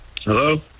Hello